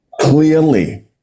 clearly